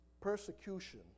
Persecution